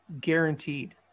guaranteed